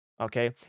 okay